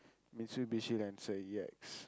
Mitsubishi Lancer E_X